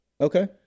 Okay